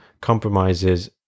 compromises